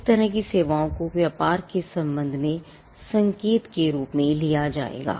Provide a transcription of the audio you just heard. इस तरह की सेवाओं को व्यापार के संबंध में संकेत के रूप में लिया जाएगा